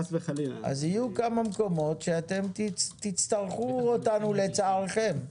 אז יהיו כמה נקודות שתצטרכו אותנו לצערכם.